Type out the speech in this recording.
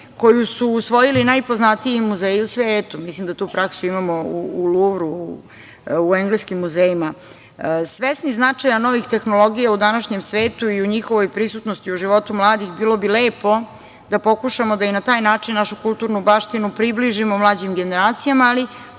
koju su usvojili najpoznatiji muzeji u svetu. Mislim da tu praksu imamo u Luvru, u engleskim muzejima. Svesni značaja novih tehnologija u današnjem svetu i u njihovoj prisutnosti u životu mladih, bilo bi lepo da pokušamo da i na taj način našu kulturnu baštinu približimo mlađim generacijama, ali